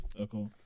Okay